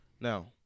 Now